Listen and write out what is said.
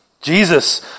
Jesus